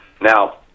Now